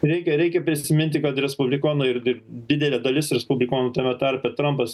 reikia reikia prisiminti kad respublikonai irgi didelė dalis respublikonų tame tarpe trampas